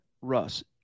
Russ